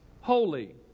holy